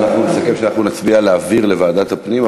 אנחנו נסכם שאנחנו נצביע אם להעביר את זה לוועדת הפנים,